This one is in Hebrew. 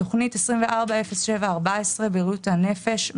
בתוכנית 240714 בריאות הנפש,